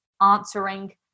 answering